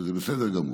וזה בסדר גמור.